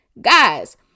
Guys